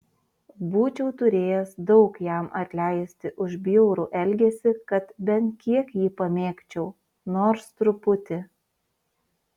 būčiau turėjęs daug jam atleisti už bjaurų elgesį kad bent kiek jį pamėgčiau nors truputį